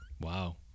Wow